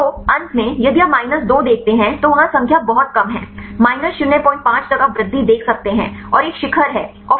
तो अंत में यदि आप माइनस 2 देखते हैं तो वहां संख्या बहुत कम है माइनस 05 तक आप वृद्धि देख सकते हैं और एक शिखर है और फिर नीचे जा रहा है